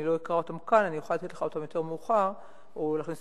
אני לא אקרא אותם כאן, אני אוכל לתת